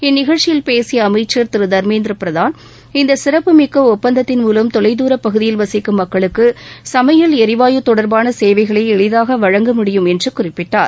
இந்நிகழ்ச்சியில் பேசிய அமைச்சர் திரு தர்மேந்திர பிரதான் இந்த சிறப்புமிக்க ஒப்பந்தத்தின் மூலம் தொலை தூர பகுதியில் வசிக்கும் மக்களுக்கு சமையல் எரிவாயு தொடரபாள சேவைகளை எளிதாக வழங்க முடியும் என்று குறிப்பிட்டார்